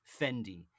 Fendi